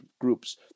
groups